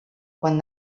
quan